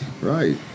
Right